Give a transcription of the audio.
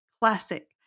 classic